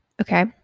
okay